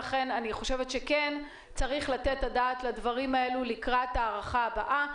אני חושבת שכן צריך לתת את הדעת על הדברים האלה לקראת ההארכה הבאה.